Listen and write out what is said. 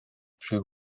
plus